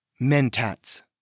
Mentats